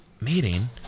Meeting